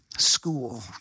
school